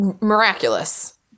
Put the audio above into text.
miraculous